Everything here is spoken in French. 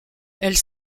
elles